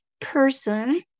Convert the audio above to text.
person